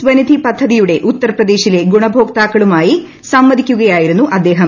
സ്വനിധി പദ്ധതിയുടെ ഉത്തർപ്രദേശിലെ ഗുണഭോക്താക്കളുമായി സംവദിക്കുകയായിരുന്നു അദ്ദേഹം